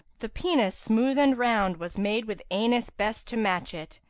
the penis smooth and round was made with anus best to match it,